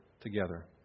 together